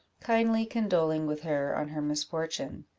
kindly condoling with her on her misfortune.